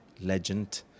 legend